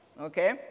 Okay